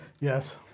Yes